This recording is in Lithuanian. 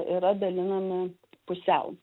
yra dalinami pusiau